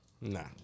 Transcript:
Nah